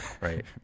Right